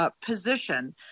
position